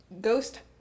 ghost